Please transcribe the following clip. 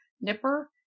Nipper